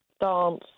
dance